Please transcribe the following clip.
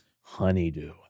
Honeydew